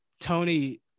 Tony